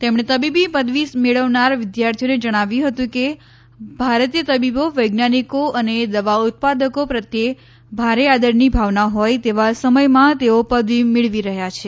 તેમણે તબીબી પદવી મેળવનાર વિદ્યાર્થીઓને જણાવ્યું હતુ કે ભારતીય તબીબો વૈજ્ઞાનિકો અને દવા ઉત્પાદકો પ્રત્યે ભારે આદરની ભાવના હોય તેવા સમયમાં તેઓ પદવી મેળવી રહ્યા છે